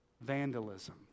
Vandalism